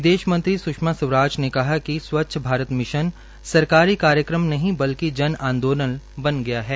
विदेश मंत्री स्षमा स्वराज ने कहा कि स्वच्छ भारत मिशन सरकारी कार्यक्रम नहीं बल्कि जन आंदोलन बना गया है